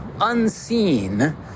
unseen